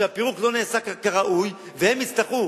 כשהפירוק לא נעשה כראוי, והם יצטרכו